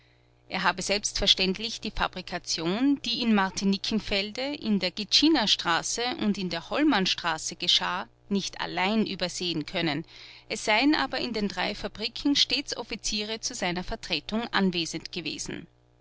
er habe selbstverständlich die fabrikation die in martinickenfelde in der gitschinerstraße und in der hollmannstraße geschah nicht allein übersehen können es seien aber in den drei fabriken stets offiziere zu seiner vertretung anwesend gewesen